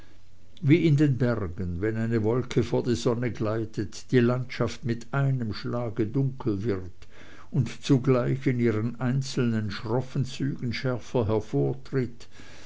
wie in den bergen wenn eine wolke vor die sonne gleitet die landschaft mit einem schlage dunkel wird und zugleich in ihren einzelnen schroffen zügen schärfer hervortritt